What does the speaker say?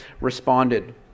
responded